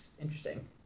interesting